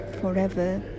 forever